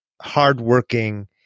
hardworking